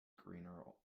greener